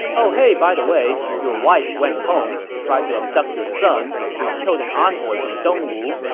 oh hey by the way, your wife went home, tried to abduct your son, we killed an envoy from dongwu,